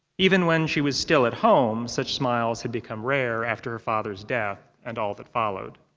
even when she was still at home such smiles had become rare after her father's death and all that followed.